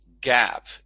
gap